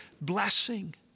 blessing